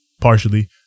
partially